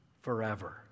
forever